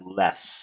less